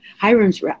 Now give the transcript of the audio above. Hiram's